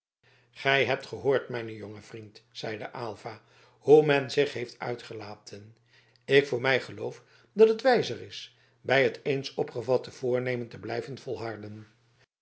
gij hebt gehoord mijn jonge vriend zeide aylva hoe men zich heeft uitgelaten ik voor mij geloof dat het wijzer is bij het eens opgevatte voornemen te blijven volharden